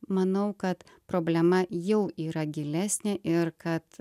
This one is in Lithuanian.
manau kad problema jau yra gilesnė ir kad